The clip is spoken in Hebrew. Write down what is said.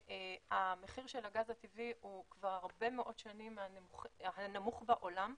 ומחיר הגז הטבעי כבר הרבה מאוד שנים הנמוך בעולם,